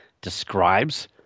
describes